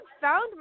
found